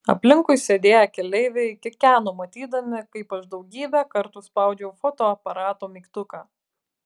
aplinkui sėdėję keleiviai kikeno matydami kaip aš daugybę kartų spaudžiau fotoaparato mygtuką